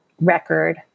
record